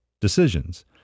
decisions